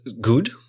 good